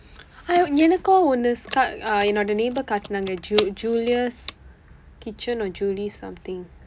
I எனக்கு ஒன்னு:enakku onnu ca~ uh என்னோட:ennooda neighbour காட்டினாங்க:kaatdinaangka julious kitchen or julies something